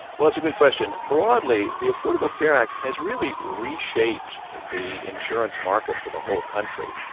well, that's a good question. broadly, the affordable care act has really reshaped the insurance market for the whole country.